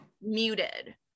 muted